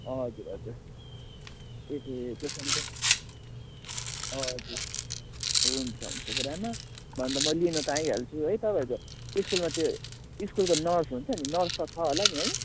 हजुर हजुर ए हे त्यसो भने त हजुर हुन्छ हुन्छ गुरुआमा म लिनु त आइहाल्छु है तपाईँहरूको स्कुलमा त्यो स्कुलको नर्स हुन्छ नि स्कुलमा नर्स त छ होला नि है